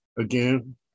Again